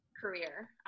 career